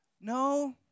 no